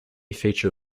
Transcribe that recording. feature